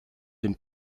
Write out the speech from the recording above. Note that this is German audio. dem